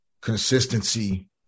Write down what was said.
Consistency